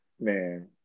Man